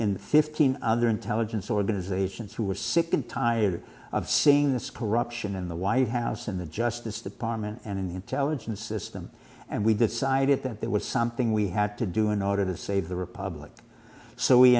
in fifteen other intelligence organizations who were sick and tired of seeing the score option in the white house and the justice department and in the intelligence system and we decided that that was something we had to do in order to save the republic so we